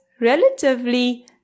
relatively